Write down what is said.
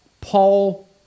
Paul